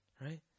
Right